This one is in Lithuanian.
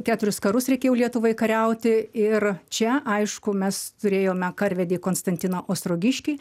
keturis karus reikėjo lietuvai kariauti ir čia aišku mes turėjome karvedį konstantiną ostrogiškį